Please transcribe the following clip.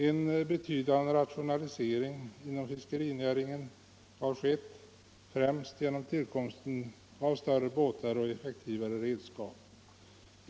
En betydande rationalisering inom fiskerinäringen har skett, främst genom tillkomsten av större båtar och effektivare redskap.